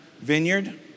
vineyard